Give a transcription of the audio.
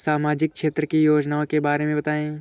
सामाजिक क्षेत्र की योजनाओं के बारे में बताएँ?